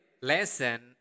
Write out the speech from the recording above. lesson